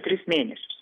tris mėnesius